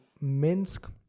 Minsk